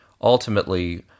ultimately